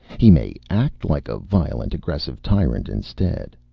he may act like a violent, aggressive tyrant instead.